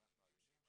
שאנחנו אלימים,